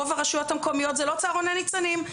ברוב הרשויות המקומיות זה לא צהרוני ניצנים,